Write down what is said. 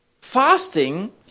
fasting